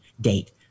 date